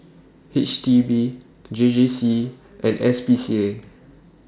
H D B J J C and S C A